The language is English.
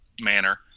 manner